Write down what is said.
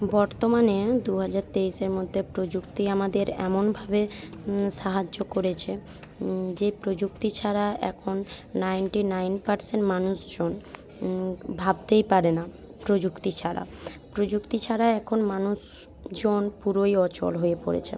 বর্তমানে দুহাজার তেইশের মধ্যে প্রযুক্তি আমাদের এমনভাবে সাহায্য করেছে যে প্রযুক্তি ছাড়া এখন নাইনটি নাইন পারসেন্ট মানুষজন ভাবতেই পারে না প্রযুক্তি ছাড়া প্রযুক্তি ছাড়া এখন মানুষজন পুরোই অচল হয়ে পড়েছে